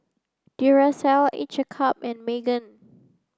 Duracell Each a cup and Megan